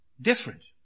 different